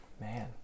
Man